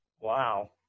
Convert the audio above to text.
Wow